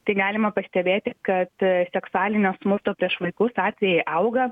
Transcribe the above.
tai galima pastebėti kad seksualinio smurto prieš vaikus atvejai auga